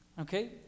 Okay